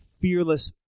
fearless